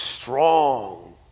strong